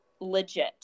legit